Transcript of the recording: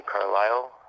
Carlisle